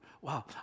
wow